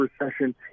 recession